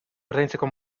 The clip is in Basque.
ordaintzeko